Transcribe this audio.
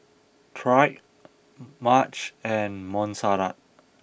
Trae Madge and Montserrat